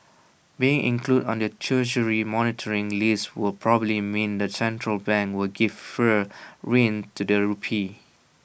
being included on the Treasury's monitoring list will probably mean the central bank will give freer rein to the rupee